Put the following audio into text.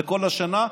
וכל השנה,